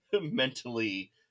mentally